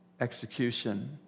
execution